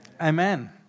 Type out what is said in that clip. Amen